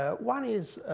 ah one is